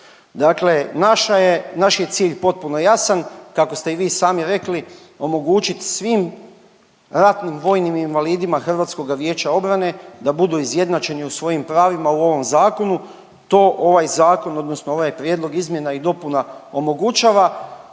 je, naš je cilj potpuno jasan, kako ste i vi sami rekli, omogućit svim ratnim vojnim invalidima HVO-a da budu izjednačeni u svojim pravima u ovom zakonu, to ovaj zakon odnosno ovaj Prijedlog izmjena i dopuna omogućava,